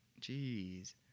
Jeez